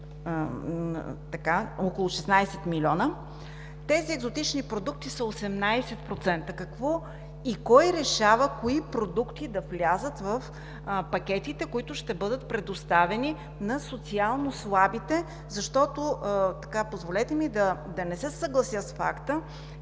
около 16 милиона, тези екзотични продукти са 18%. Какво и кой решава кои продукти да влязат в пакетите, които ще бъдат предоставени на социално слабите? Защото, позволете ми да не се съглася с факта,